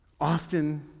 often